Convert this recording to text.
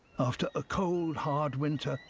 after a cold, hard winter,